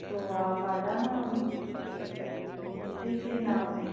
तो आप आ जाना देख लेना आपने